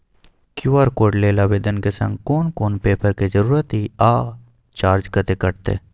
QR code लेल आवेदन के संग कोन कोन पेपर के जरूरत इ आ चार्ज कत्ते कटते?